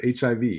HIV